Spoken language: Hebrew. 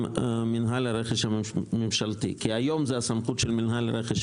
מינהל הרכש הממשלתי כי כיום זה הסמכות של מינהל הרכש,